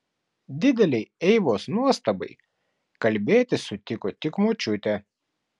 didelei eivos nuostabai kalbėti sutiko tik močiutė